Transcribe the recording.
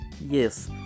Yes